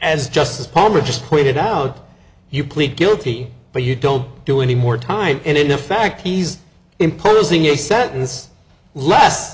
as justice palmer just pointed out you plead guilty but you don't do any more time and in fact he's imposing a sentence less